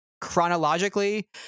chronologically